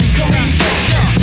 communication